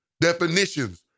Definitions